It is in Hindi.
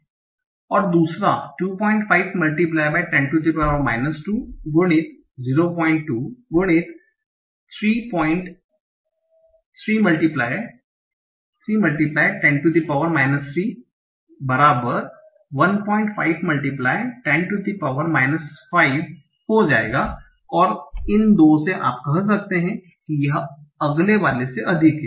और दूसरा 25 10 2 गुणित 02 गुणित 3 10 3 बराबर 15 10 5 हो जाएगा और इन 2 से आप कह सकते हैं कि यह अगले वाले से अधिक है